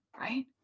right